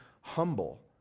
humble